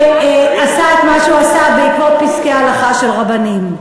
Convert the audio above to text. שעשה את מה שהוא עשה בעקבות פסקי הלכה של רבנים.